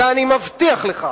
זה אני מבטיח לך,